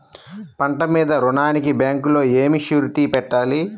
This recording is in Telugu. పంట మీద రుణానికి బ్యాంకులో ఏమి షూరిటీ పెట్టాలి?